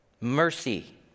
mercy